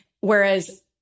Whereas-